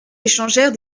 échangèrent